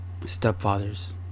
stepfathers